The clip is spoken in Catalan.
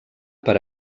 per